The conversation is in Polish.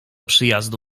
przyjazdu